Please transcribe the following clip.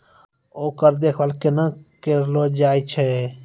ओकर देखभाल कुना केल जायत अछि?